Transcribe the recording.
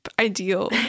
ideal